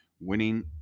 Winning